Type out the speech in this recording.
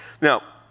Now